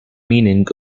meaning